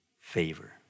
favor